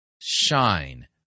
shine